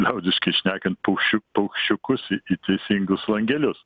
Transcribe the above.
liaudiškai šnekant paukščiu paukščiukus į teisingus langelius